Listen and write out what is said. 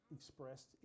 expressed